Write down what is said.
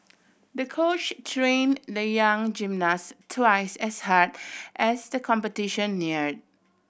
the coach train the young gymnast twice as hard as the competition near